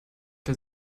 der